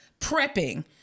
prepping